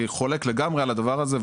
אני חולק לגמרי על הדבר הזה,